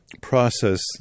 process